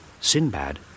Sinbad